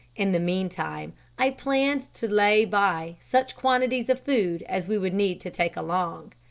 in the meantime i planned to lay by such quantities of food as we would need to take along.